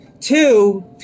Two